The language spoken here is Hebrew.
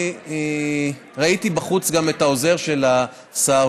ראיתי בחוץ את העוזר של השר,